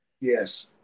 Yes